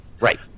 right